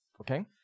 Okay